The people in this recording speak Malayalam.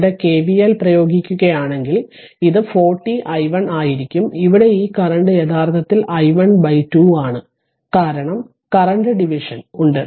ഇവിടെ കെവിഎൽ പ്രയോഗിക്കുകയാണെങ്കിൽ ഇത് 40 i1 ആയിരിക്കും ഇവിടെ ഈ കറന്റ് യഥാർത്ഥത്തിൽ i1 2 ആണ് കാരണം കറന്റ് ഡിവിഷൻ ഉണ്ട്